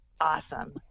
Awesome